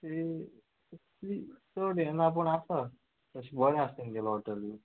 तीं इतलीं चड येना पूण आसा तशें बरें आसा तेंगेलो हॉटेल बी